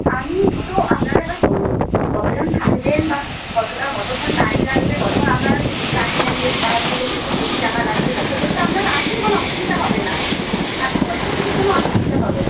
আমি তো আপনারা এবার কতজন থাকবেন বা কতটা কতক্ষণ টাইম লাগবে কতক্ষণ আপনারা যদি টাইম নেন বেশি তাহলে সেক্ষেত্রে একটু বেশি টাকা লাগবে তো সেক্ষেত্রে আপনারা আসুন কোনো অসুবিধা হবে না টাকা পয়সার দিকে কোনো অসুবিধা হবে না